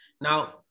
now